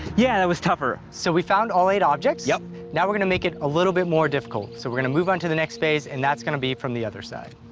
yeah, that was tougher. so we found all eight objects. yeah now we're gonna make it a little bit more difficult. so we're gonna move on to the next phase. and that's gonna be from the other side.